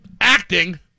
acting